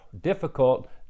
difficult